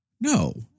No